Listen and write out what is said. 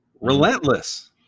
Relentless